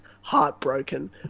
heartbroken